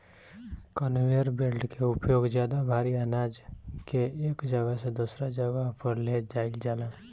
conveyor belt के उपयोग ज्यादा भारी आनाज के एक जगह से दूसरा जगह पर ले जाईल जाला